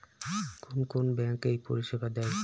কোন কোন ব্যাঙ্ক এই পরিষেবা দেয়?